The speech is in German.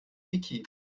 wiki